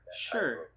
Sure